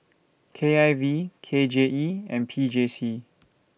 K I V K J E and P J C